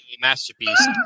masterpiece